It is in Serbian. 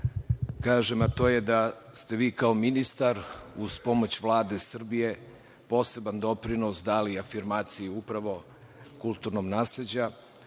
a to je da ste vi kao ministar uz pomoć Vlade Srbije poseban doprinos dali afirmaciji upravo kulturnom nasleđu